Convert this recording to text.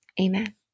Amen